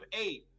eight